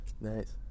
Nice